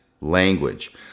language